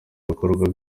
ibikorwa